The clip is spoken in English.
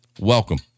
Welcome